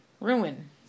Ruin